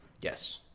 Yes